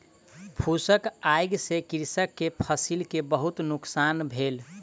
फूसक आइग से कृषक के फसिल के बहुत नुकसान भेल